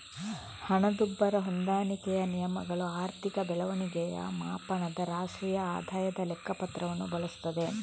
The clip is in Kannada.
ಹಣದುಬ್ಬರ ಹೊಂದಾಣಿಕೆಯ ನಿಯಮಗಳು ಆರ್ಥಿಕ ಬೆಳವಣಿಗೆಯ ಮಾಪನದ ರಾಷ್ಟ್ರೀಯ ಆದಾಯದ ಲೆಕ್ಕ ಪತ್ರವನ್ನು ಬಳಸುತ್ತದೆ